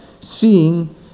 seeing